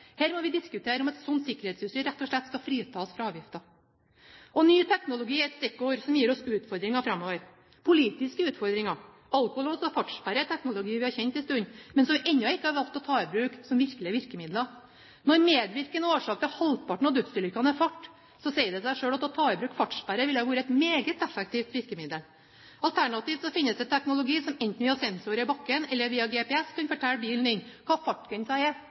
Her må vi diskutere om sånt sikkerhetsutstyr rett og slett skal fritas for avgifter. Ny teknologi er et stikkord som gir oss utfordringer framover – politiske utfordringer. Alkolås og fartssperre er teknologi vi har kjent en stund, men som vi ennå ikke har valgt å ta i bruk som virkelige virkemidler. Når medvirkende årsak til halvparten av dødsulykkene er fart, sier det seg selv at å ta i bruk fartssperre ville ha vært et meget effektivt virkemiddel. Alternativt finnes det teknologi som enten via sensorer i bakken eller via GPS kan fortelle bilen din hva